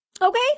Okay